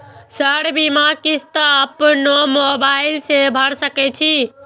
Sir बीमा किस्त अपनो मोबाईल से भर सके छी?